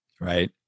Right